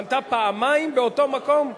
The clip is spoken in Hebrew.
חנתה פעמיים באותו מקום,